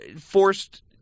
forced